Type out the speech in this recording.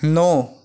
नौ